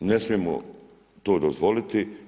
Ne smijemo to dozvoliti.